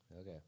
Okay